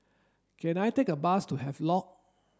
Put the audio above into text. can I take a bus to Havelock